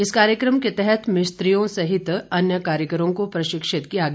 इस कार्यक्रम के तहत मिस्त्रीयों सहित अन्य कारिगरों को प्रशिक्षित किया गया